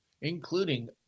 including